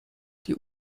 die